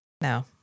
No